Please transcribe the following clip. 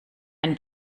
eine